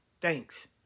Thanks